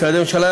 משרדי ממשלה,